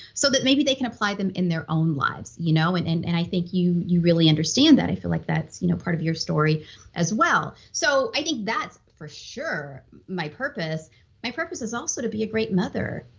so that maybe they can apply them in their own lives. you know and and and i feel like you really understand that, i feel like that's you know part of your story as well so i think that's for sure my purpose my purpose is also to be a great mother,